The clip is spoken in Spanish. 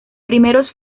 primeros